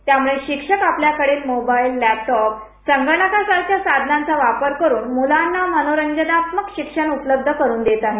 त्यामुळे शिक्षक आपल्याकडील मोबाईल लॅपटॉप संगणका सारख्या साधनांचा वापर करून मुलांना मनोरंजनात्मक शिक्षण उपलब्ध करून देत आहेत